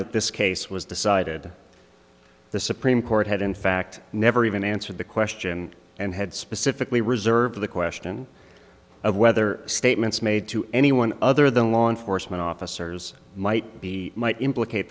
that this case was decided the supreme court had in fact never even answered the question and had specifically reserved the question of whether statements made to anyone other than law enforcement officers might be might implicate